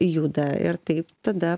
juda ir taip tada